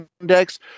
index